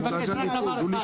אני מבקש רק דבר אחד.